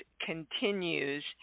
continues